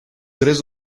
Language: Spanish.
tres